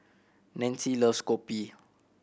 Nancy loves kopi